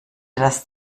das